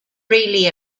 really